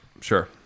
sure